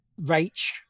Rach